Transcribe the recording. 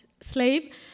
slave